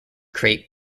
create